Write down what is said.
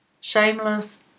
Shameless